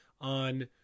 on